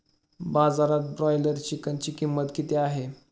बाजारात ब्रॉयलर चिकनची किंमत किती आहे?